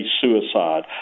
suicide